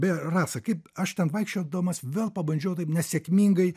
beje rasa kaip aš ten vaikščiodamas vėl pabandžiau taip nesėkmingai